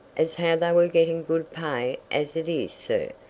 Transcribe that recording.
as how they were getting good pay as it is, sir,